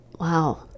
Wow